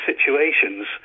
situations